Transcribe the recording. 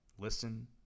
Listen